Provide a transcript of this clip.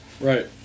Right